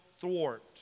thwart